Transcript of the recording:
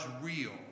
real